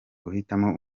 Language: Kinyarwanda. guhitamo